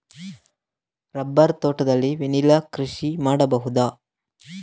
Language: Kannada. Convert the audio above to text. ರಬ್ಬರ್ ತೋಟದಲ್ಲಿ ವೆನಿಲ್ಲಾ ಕೃಷಿ ಮಾಡಬಹುದಾ?